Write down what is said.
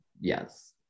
yes